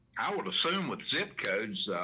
i would assume with zip codes,